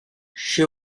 she